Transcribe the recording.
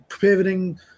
pivoting